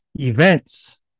events